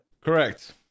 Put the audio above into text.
correct